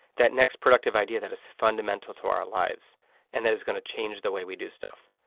that next productive idea that is fundamental to our lives and that is going to change the way we do stuff.